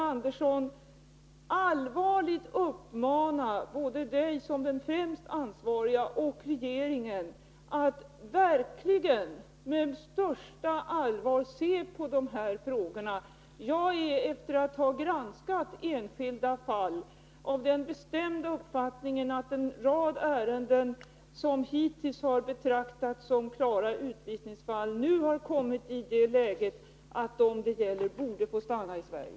Jag vill allvarligt uppmana Karin Andersson som den främst ansvariga och regeringen att verkligen med största allvar se på de här frågorna. Efter att ha granskat enskilda fall är jag av den bestämda uppfattningen att en rad ärenden som hittills har betraktats som klara utvisningsfall nu har kommit i det läget att de personer det gäller borde få stanna i Sverige.